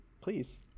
Please